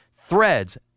Threads